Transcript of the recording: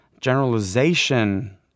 generalization